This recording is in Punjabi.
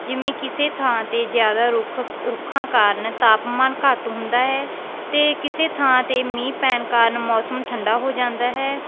ਜਿਵੇਂ ਕਿਸੇ ਥਾਂ 'ਤੇ ਜ਼ਿਆਦਾ ਰੁੱਖ ਰੁੱਖਾਂ ਕਾਰਨ ਤਾਪਮਾਨ ਘੱਟ ਹੁੰਦਾ ਹੈ ਅਤੇ ਕਿਸੇ ਥਾਂ 'ਤੇ ਮੀਂਹ ਪੈਣ ਕਾਰਨ ਮੌਸਮ ਠੰਡਾ ਹੋ ਜਾਂਦਾ ਹੈ